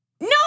no